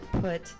put